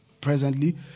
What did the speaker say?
presently